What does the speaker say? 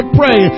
pray